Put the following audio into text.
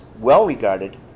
well-regarded